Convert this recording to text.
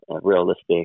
realistic